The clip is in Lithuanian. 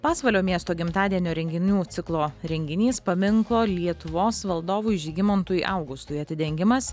pasvalio miesto gimtadienio renginių ciklo renginys paminklo lietuvos valdovui žygimantui augustui atidengimas